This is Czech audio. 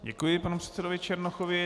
Děkuji panu předsedovi Černochovi.